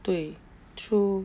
对 true